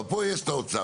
אבל פה יש את האוצר,